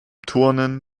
turnen